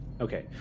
Okay